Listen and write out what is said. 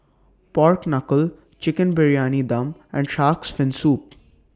Pork Knuckle Chicken Briyani Dum and Shark's Fin Soup